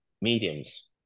mediums